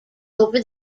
over